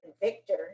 Victor